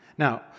Now